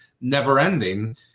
never-ending